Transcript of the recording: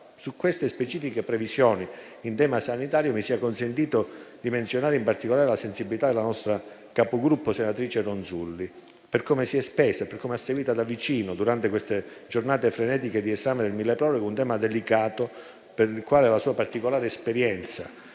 Su queste specifiche previsioni in tema sanitario mi sia consentito di menzionare in particolare la sensibilità della nostra Capogruppo, senatrice Ronzulli, che si è spesa e ha seguito da vicino, durante queste giornate frenetiche di esame del mille proroghe, un tema delicato per il quale la sua particolare esperienza